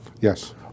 Yes